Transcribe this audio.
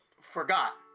forgot